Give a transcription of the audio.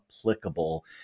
applicable